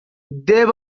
dave